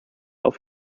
auf